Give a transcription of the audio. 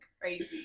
crazy